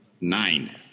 Nine